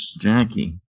Jackie